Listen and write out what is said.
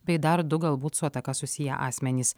bei dar du galbūt su ataka susiję asmenys